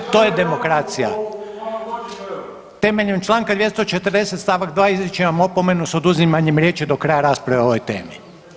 To je demokracija. … [[Upadica iz klupe se ne razumije]] Temeljem čl. 240. st. 2. izričem vam opomenu s oduzimanjem riječi do kraja rasprave o ovoj temi.